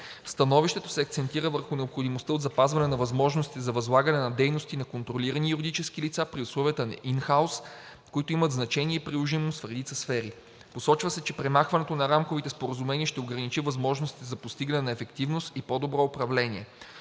становището се акцентира върху необходимостта от запазване на възможностите за възлагане на дейности на контролирани юридически лица при условията на ин хаус, които имат значение и приложимост в редица сфери. Посочва се, че премахването на рамковите споразумения ще ограничи възможностите за постигане на ефективност и по-добро управление.